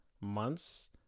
months